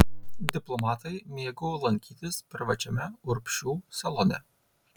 diplomatai mėgo lankytis privačiame urbšių salone